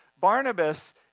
Barnabas